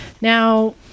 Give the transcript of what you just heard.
Now